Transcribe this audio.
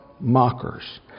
mockers